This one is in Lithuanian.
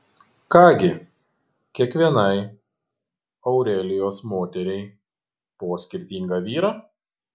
ką gi kiekvienai aurelijos moteriai po skirtingą vyrą